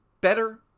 better